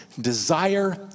desire